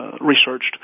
researched